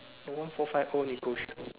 one four five o negotiable